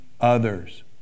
others